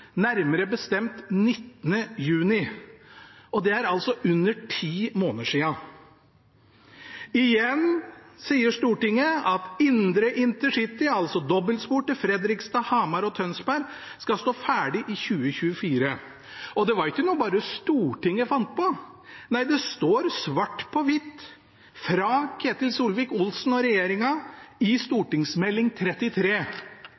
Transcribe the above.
nærmere bestemt 19. juni, og det er under ti måneder siden. Igjen sier Stortinget at indre InterCity, altså dobbeltspor til Fredrikstad, Hamar og Tønsberg, skal stå ferdig i 2024. Det var ikke noe Stortinget bare fant på. Nei, det står svart på hvitt, fra Ketil Solvik-Olsen og regjeringen i